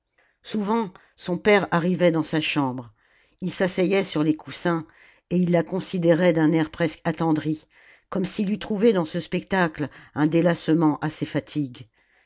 souvent son père arrivait dans sa chambre ii s'asseyait sur les coussins et il la considérait d'un air presque attendri cornme s'il eût trouvé dans ce spectacle un délassement à ses fatigues